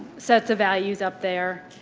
sets of values up there.